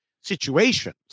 situations